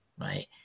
Right